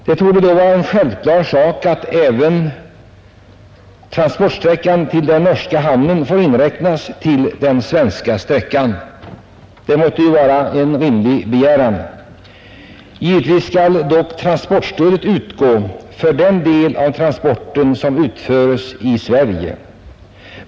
Det borde då vara en självklar sak att även transportsträckan till den norska hamnen får läggas till den svenska sträckan. Det måtte väl vara en rimlig begäran. Givetvis skall dock transportstödet utgå för den del av transporten som utföres i Sverige.